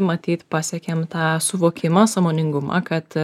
matyt pasiekėm tą suvokimą sąmoningumą kad